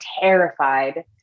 Terrified